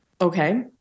Okay